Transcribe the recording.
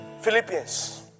Philippians